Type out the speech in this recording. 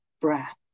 breath